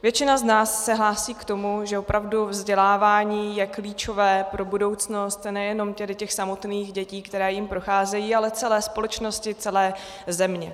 Většina z nás se hlásí k tomu, že opravdu vzdělávání je klíčové pro budoucnost, nejenom tedy těch samotných dětí, které jím procházejí, ale celé společnosti, celé země.